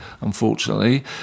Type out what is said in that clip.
unfortunately